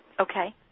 Okay